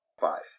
five